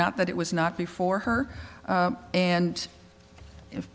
not that it was not before her and if